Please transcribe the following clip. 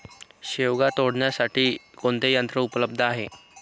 शेवगा तोडण्यासाठी कोणते यंत्र उपलब्ध आहे?